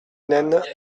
nène